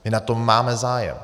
My na tom máme zájem.